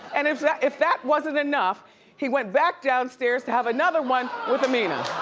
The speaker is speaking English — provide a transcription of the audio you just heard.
and if that if that wasn't enough he went back downstairs to have another one with amina.